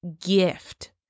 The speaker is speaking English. gift